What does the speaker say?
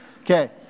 Okay